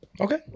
Okay